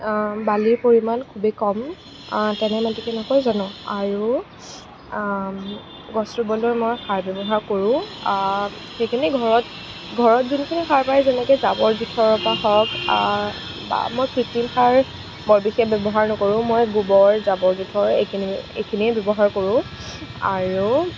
বালিৰ পৰিমাণ খুবেই কম তেনে মাটিকে নকয় জানো আৰু গছ ৰুবলৈ মই সাৰ ব্যৱহাৰ কৰোঁ সেইখিনি ঘৰত ঘৰত যোনখিনি সাৰ পায় যেনেকে জাবৰ জোথৰপা হওক বা মই কৃত্ৰিম সাৰ বৰ বিশেষ ব্যৱহাৰ নকৰোঁ মই গোবৰ জাবৰ জোথৰ এইখিনিয়ে এইখিনিয়েই ব্যৱহাৰ কৰোঁ আৰু